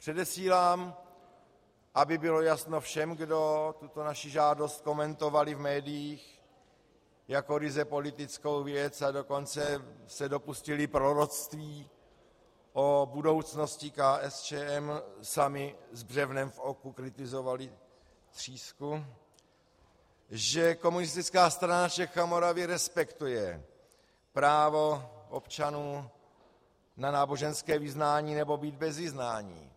Předesílám, aby bylo jasno všem, kdo tuto naši žádost komentovali v médiích jako ryze politickou věc, a dokonce se dopustili proroctví o budoucnosti KSČM, sami s břevnem v oku kritizovali třísku, že Komunistická strana Čech a Moravy respektuje právo občanů na náboženské vyznání nebo být bez vyznání.